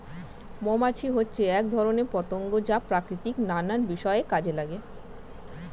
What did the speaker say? মৌমাছি হচ্ছে এক ধরনের পতঙ্গ যা প্রকৃতির নানা বিষয়ে কাজে লাগে